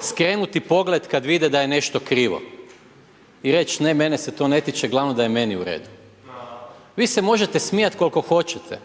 skrenuti pogled kad vide da je nešto krivo i reć ne, mene se to ne tiče, glavno da je meni u redu. Vi se možete smijat koliko hoćete,